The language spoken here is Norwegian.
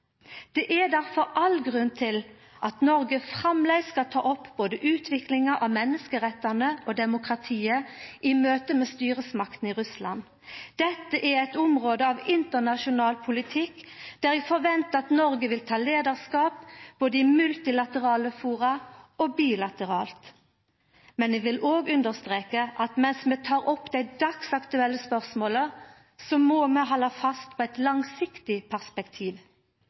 Det er difor all grunn til at Noreg framleis skal ta opp utviklinga av både menneskerettane og demokratiet i møte med styresmaktene i Russland. Dette er eit område av internasjonal politikk der eg forventar at Noreg vil ta leiarskap både i multilaterale fora og bilateralt. Eg vil òg understreka at mens vi tek opp dei dagsaktuelle spørsmåla, må vi halda fast på eit langsiktig perspektiv.